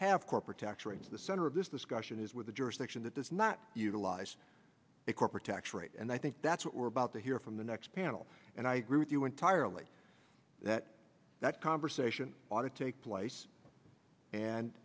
have corporate tax rates the center of this discussion is with the jurisdiction that does not utilize a corporate tax rate and i think that's what we're about to hear from the next panel and i agree with you entirely that that conversation ought to take place and